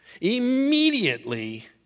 Immediately